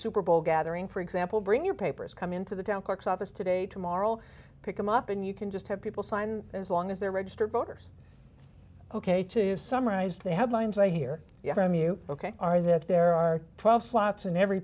superbowl gathering for example bring your papers come into the town clerk's office today tomorrow pick them up and you can just have people sign as long as they're registered voters ok to summarize the headlines i hear from you ok are that there are twelve slots in every